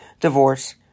divorce